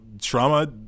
trauma